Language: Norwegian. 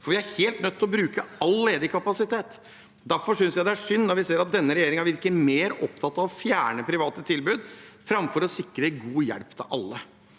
Vi er helt nødt til å bruke all ledig kapasitet. Derfor synes jeg det er synd når vi ser at denne regjeringen virker mer opptatt av å fjerne private tilbud enn å sikre god hjelp til alle.